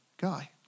guy